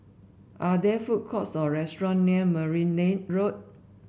are there food courts or restaurants near Merryn Road